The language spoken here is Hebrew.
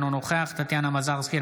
אינו נוכח טטיאנה מזרסקי,